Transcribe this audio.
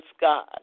God